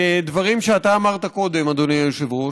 בדברים שאתה אמרת קודם, אדוני היושב-ראש.